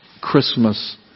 Christmas